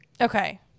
Okay